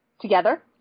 together